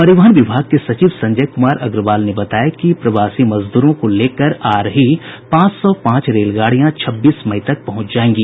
परिवहन विभाग के सचिव संजय कुमार अग्रवाल ने बताया कि प्रवासी मजदूरों को लेकर आ रही पांच सौ पांच रेलगाडियां छब्बीस मई तक पहुंच जाएंगी